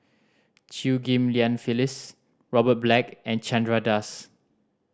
Chew Ghim Lian Phyllis Robert Black and Chandra Das